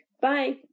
Bye